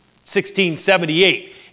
1678